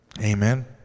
Amen